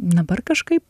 dabar kažkaip